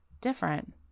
different